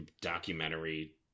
documentary